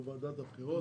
בוועדת הבחירות,